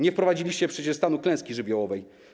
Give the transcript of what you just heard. Nie wprowadziliście przecież stanu klęski żywiołowej.